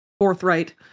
forthright